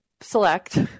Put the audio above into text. select